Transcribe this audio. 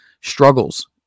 struggles